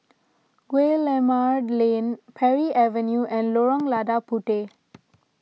Guillemard Lane Parry Avenue and Lorong Lada Puteh